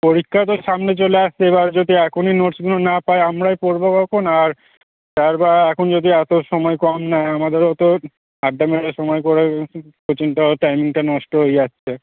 পরীক্ষা তো সামনে চলে আসছে এবার যদি এখনই নোটসগুনো না পাই আমরাই পড়ব কখন আর স্যার বা এখন যদি এত সময় কম নেয় আমাদেরও তো আড্ডা মেরে সময় করে কোচিংটাও টাইমটা নষ্ট হয়ে যাচ্ছে